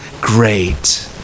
great